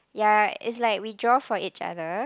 ya it's like we draw for each other